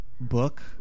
book